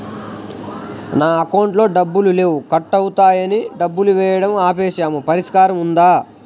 నా అకౌంట్లో డబ్బులు లేవు కట్ అవుతున్నాయని డబ్బులు వేయటం ఆపేసాము పరిష్కారం ఉందా?